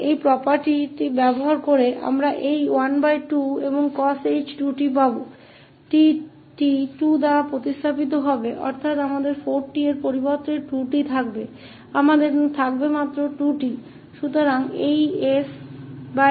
तो इस property का उपयोग करके हमें यह 12 मिलेगा और cosh 2𝑡 को t2में बदल दिया जाएगा जिसका अर्थ है कि हमारे पास 4𝑡 के बजाय 2𝑡 होगा हमारे पास केवल 2𝑡 होगा